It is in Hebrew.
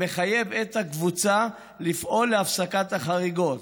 המחייב את הקבוצה לפעול להפסקת החריגות.